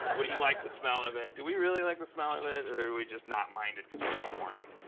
would he like the smell of it? do we really like the smell of it, or do we just not mind it because we had a warning?